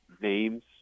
names